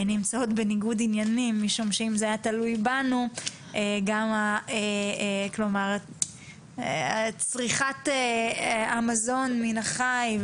נמצאות בניגוד עניינים משום שאם זה היה תלוי בנו צריכת המזון מן החי,